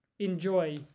enjoy